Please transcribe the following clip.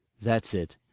that's it.